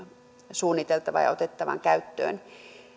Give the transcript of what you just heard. suunniteltavan ja otettavan käyttöön